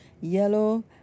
yellow